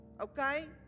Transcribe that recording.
okay